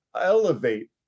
elevate